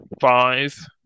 five